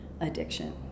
addiction